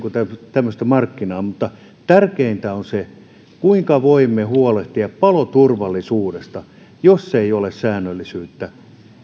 tämmöistä markkinaa mutta tärkeintä on kuinka voimme huolehtia paloturvallisuudesta jos ei ole säännöllisyyttä